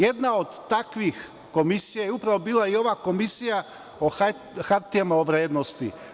Jedna od takvih komisija je upravo i bila ova Komisija za hartija o vrednosti.